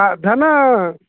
ସାଧା ନା